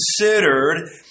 considered